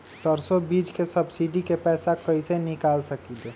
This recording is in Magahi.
सरसों बीज के सब्सिडी के पैसा कईसे निकाल सकीले?